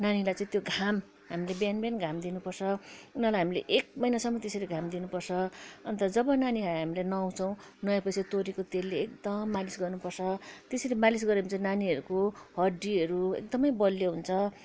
नानीलाई चाहिँ त्यो घाम हामीले बिहान बिहान घाम दिनुपर्छ उनीहरूलाई एक महिनासम्म हामीले त्यसरी घाम दिनुपर्छ अन्त जब नानीहरूलाई हामी नुहाउँछौँ नुहाएपछि तोरीको तेलले एकदम मालिस गर्नुपर्छ त्यसरी मालिस गऱ्यो भने नानीहरूको हड्डीहरू एकदमै बलियो हुन्छ